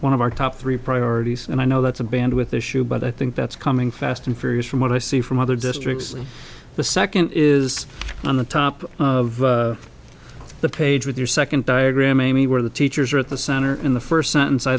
one of our top three priorities and i know that's a band with issue but i think that's coming fast and furious from what i see from other districts the second is on the top of the page with your second diagram amy where the teachers are at the center in the first sentence i